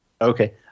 okay